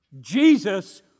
Jesus